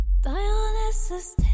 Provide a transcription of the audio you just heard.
Dionysus